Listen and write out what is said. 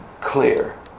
clear